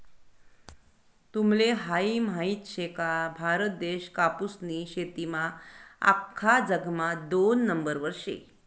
तुम्हले हायी माहित शे का, भारत देश कापूसनी शेतीमा आख्खा जगमा दोन नंबरवर शे